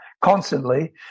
constantly